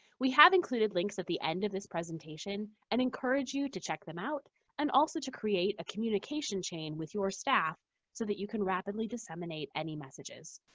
we have included links at the end of this presentation and encourage you to check them out and also to create a communication chain with your staff so that you can rapidly disseminate any messages.